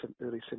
early